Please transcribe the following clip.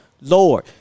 Lord